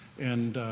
and,